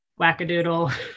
wackadoodle